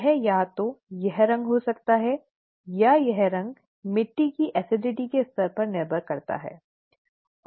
यह या तो यह रंग हो सकता है या यह रंग मिट्टी की अम्लता के स्तर पर निर्भर करता है ठीक है